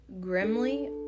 grimly